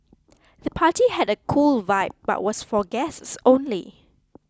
the party had a cool vibe but was for guests only